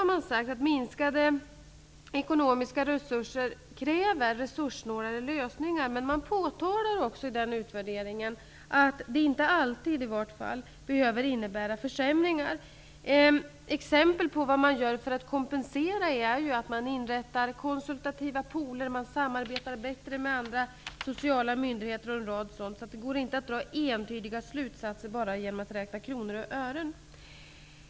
Minskade ekonomiska resurser kräver resurssnålare lösningar. Det påtalas också i utvärderingen att detta i vart fall inte alltid behöver innebära försämringar. Exempel på vad man gör för att kompensera är inrättandet av konsultativa pooler, att man samarbetar bättre med andra sociala myndigheter samt en rad andra åtgärder. Det går inte att dra några entydiga slutsatser enbart genom att räkna kronor och ören.